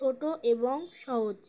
ছোটো এবং সহজ